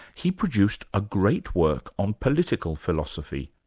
he produced a great work on political philosophy,